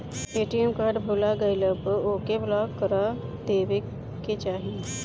ATM card भूला गईला पअ ओके ब्लाक करा देवे के चाही